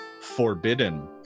forbidden